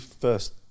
first